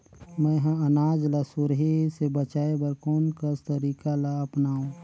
मैं ह अनाज ला सुरही से बचाये बर कोन कस तरीका ला अपनाव?